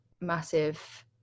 massive